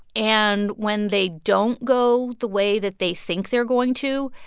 and when they don't go the way that they think they're going to,